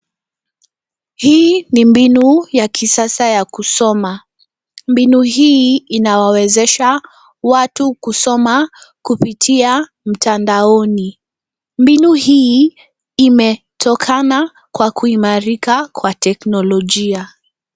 Hii ni mbinu ya kisasa ya kusoma. Mbinu hii inawawezesha watu kusoma kupitia mtandaoni. Mbinu hii imetokana kwa kuimarika kwa teknolojia .